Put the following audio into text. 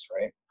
right